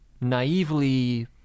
naively